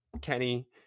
Kenny